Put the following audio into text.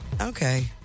okay